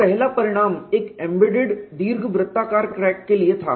तो पहला परिणाम एक एम्बेडेड दीर्घवृत्ताकार क्रैक के लिए था